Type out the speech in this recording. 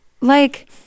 Like-